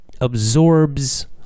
absorbs